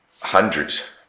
hundreds